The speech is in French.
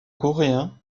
coréen